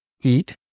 eat